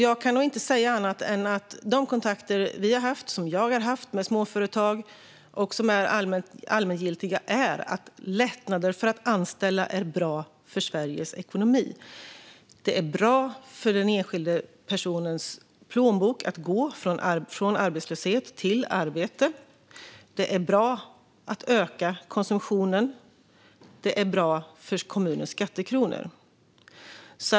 Jag kan inte säga annat än att i de kontakter som vi och jag har haft med småföretag är svaren allmängiltiga: Lättnader för att anställa är bra för Sveriges ekonomi. Det är bra för den enskilda personens plånbok att gå från arbetslöshet till arbete. Det är bra att öka konsumtionen, och det är bra för kommunens skattekronor.